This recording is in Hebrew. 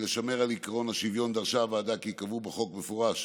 כדי לשמור על עקרון השוויון דרשה הוועדה כי ייקבעו בחוק במפורש